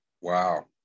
Wow